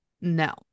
No